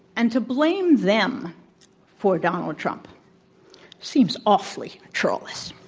and to blame them for donald trump seems awfully scurrilous